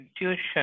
intuition